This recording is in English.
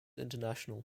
international